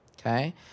okay